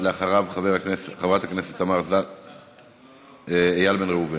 אחריו, חבר הכנסת איל בן ראובן,